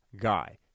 guy